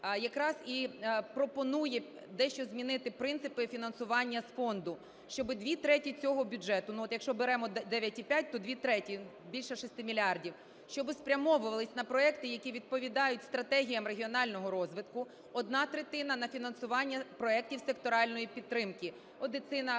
якраз і пропонує дещо змінити принципи фінансування з фонду, щоби дві треті цього бюджету. Ну, от якщо беремо 9,5, то дві треті, більше 6 мільярдів, щоби спрямовувалися на проекти, які відповідають стратегіям регіонального розвитку, одна третина – на фінансування проектів секторальної підтримки: